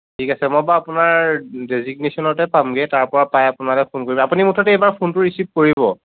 ঠিক আছে মই বাৰু আপোনাৰ ডেজিকনেশ্যনতে পামগৈ তাৰপৰা পাই আপোনালৈ ফোন কৰিম আপুনি মুঠতে এইবাৰ ফোনটো ৰিচিভ কৰিব